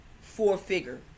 four-figure